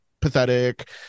pathetic